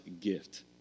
gift